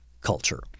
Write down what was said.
culture